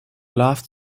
loved